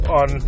on